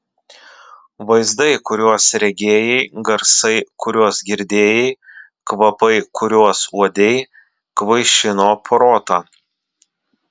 vaizdai kuriuos regėjai garsai kuriuos girdėjai kvapai kuriuos uodei kvaišino protą